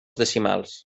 decimals